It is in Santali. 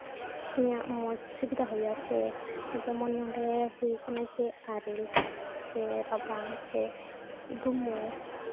ᱤᱧᱟᱹᱜ ᱢᱚᱡᱽ ᱥᱩᱵᱤᱫᱟ ᱦᱩᱭᱩᱜᱼᱟ ᱥᱮ ᱡᱮᱢᱚᱱ ᱱᱚᱰᱮ ᱦᱩᱭ ᱠᱟᱱᱟ ᱡᱮ ᱟᱨᱮᱞ ᱥᱮ ᱨᱟᱵᱟᱝ ᱥᱮ ᱰᱩᱢᱩ